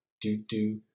do-do